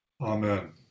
Amen